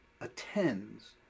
attends